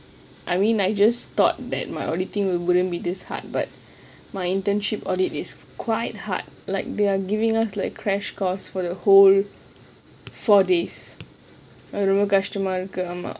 I mean I just thought that my auditing wouldn't be this hard but my internship audit is quite hard like they are giving us like a crash course for the whole four days ரொம்ப கஷ்டமா இருக்கு அம்மா:romba kashtama irukku aama